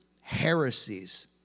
heresies